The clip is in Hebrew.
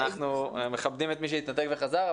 אנחנו מכבדים את מי שהתנתק וחזר,